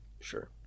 sure